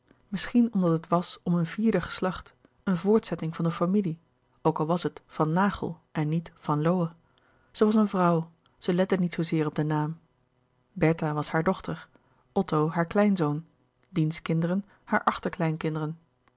misschien omdat het was om een vierde geslacht eene voortzetting van de familie ook al was het van naghel en niet van lowe zij was een vrouw zij lette niet zoozeer op den naam bertha was hare dochter otto haar louis couperus de boeken der kleine zielen kleinzoon diens kinderen haar